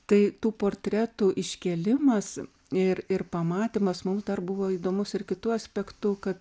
tai tų portretų iškėlimas ir ir pamatymas mums dar buvo įdomus ir kitu aspektu kad